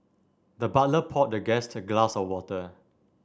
the butler poured the guest a glass of water